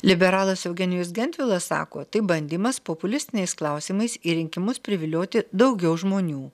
liberalas eugenijus gentvilas sako tai bandymas populistiniais klausimais į rinkimus privilioti daugiau žmonių